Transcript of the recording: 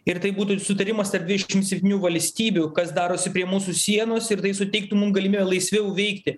ir tai būtų sutarimas tarp dvidešim septynių valstybių kas darosi prie mūsų sienos ir tai suteiktų mum galimybę laisviau veikti